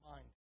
Mind